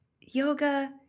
yoga